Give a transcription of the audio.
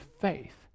faith